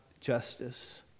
justice